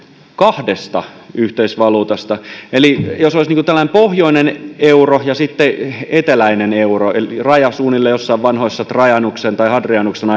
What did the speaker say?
kahdesta yhteisvaluutasta eli jos olisi tällainen pohjoinen euro ja sitten eteläinen euro raja suunnilleen joissain vanhoissa trajanuksen tai hadrianuksen